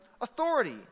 authority